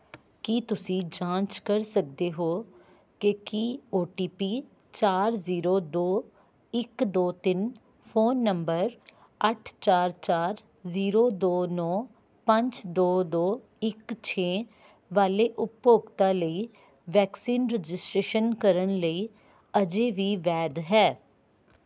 ਕੀ ਤੁਸੀਂ ਜਾਂਚ ਕਰ ਸਕਦੇ ਹੋ ਕਿ ਕੀ ਓ ਟੀ ਪੀ ਚਾਰ ਜ਼ੀਰੋ ਦੋ ਇੱਕ ਦੋ ਤਿੰਨ ਫ਼ੋਨ ਨੰਬਰ ਅੱਠ ਚਾਰ ਚਾਰ ਜ਼ੀਰੋ ਦੋ ਨੌਂ ਪੰਜ ਦੋ ਦੋ ਇੱਕ ਛੇ ਵਾਲੇ ਉਪਭੋਗਤਾ ਲਈ ਵੈਕਸੀਨ ਰਜਿਸਟ੍ਰੇਸ਼ਨ ਕਰਨ ਲਈ ਅਜੇ ਵੀ ਵੈਧ ਹੈ